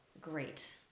Great